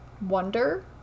wonder